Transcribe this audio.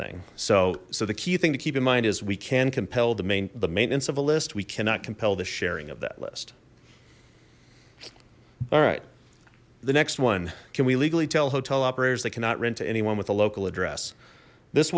thing so so the key thing to keep in mind is we can compel domain the maintenance of a list we cannot compel the sharing of that list all right the next one can we legally tell hotel operators they cannot rent to anyone with a local address this